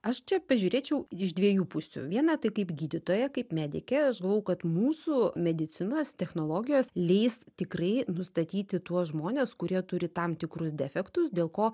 aš čia pažiūrėčiau iš dviejų pusių viena tai kaip gydytoja kaip medikė aš galvojau kad mūsų medicinos technologijos leis tikrai nustatyti tuos žmones kurie turi tam tikrus defektus dėl ko